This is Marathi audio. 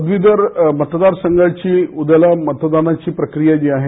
पदविधर मतदारसंघाची उद्याला मतदानाची प्रक्रिया आहे